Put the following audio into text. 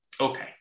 Okay